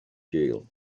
jail